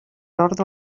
ordre